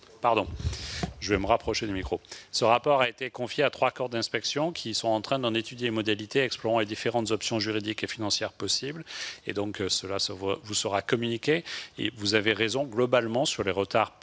Ce rapport a été confié à trois corps d'inspection, qui sont en train d'étudier les différentes modalités, explorant les options juridiques et financières possibles. Ce travail vous sera communiqué. Vous avez raison, globalement, sur les retards dans